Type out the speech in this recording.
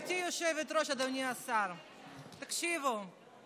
גברתי היושבת-ראש, אדוני השר, תקשיבו: